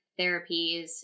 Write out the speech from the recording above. therapies